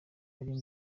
ari